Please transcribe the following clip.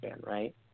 right